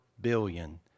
billion